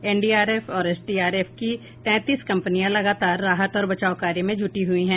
NDRF और SDRF की तैंतीस कंपनियां लगातार राहत और बचाव कार्य में जुटी हुई हैं